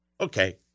Okay